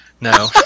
No